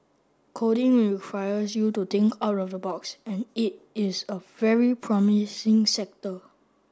coding requires you to think out of the box and it is a very promising sector